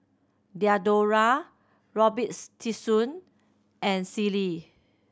Diadora Robitussin and Sealy